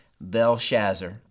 Belshazzar